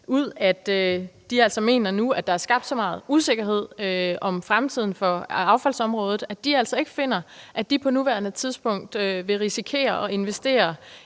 ud, at de nu mener, at der er skabt så meget usikkerhed om fremtiden for affaldsområdet, at de ikke finder, at de på nuværende tidspunkt vil risikere at investere